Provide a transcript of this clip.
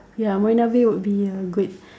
ya Marina-bay would be uh good